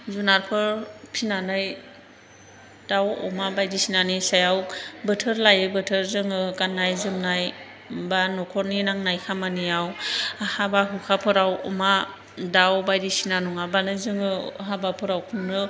जुनारफोर फिनानै दाउ अमा बायदिसिनानि सायाव बोथोर लायै बोथोर जोङो गाननाय जोमनाय एबा न'खरनि नांनाय खामानियाव हाबा हुखाफोराव अमा दाउ बायदिसिना नङाब्लानो जोङो हाबाफोराव खुंनो